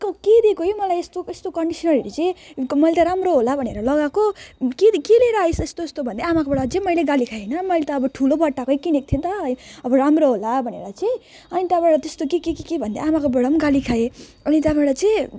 क के दिएको ओइ मलाई यस्तो यस्तो कन्डिसनरहरू चाहिँ मैले त राम्रो होला भनेर लगाएको के के ल्याएर आइस यस्तो यस्तो भन्दै आमाकोबाट अझै मैले गाली खाएँ होइन मैले त अब ठुलो बट्टाकै किनेको थिएँ नि त अब राम्रो होला भनेर चाहिँ अनि त्यहाँबाट त्यस्तो के के के भन्दै आमाकोबाट पनि गाली खाए अनि त्यहाँबाट चाहिँ